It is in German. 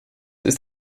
ist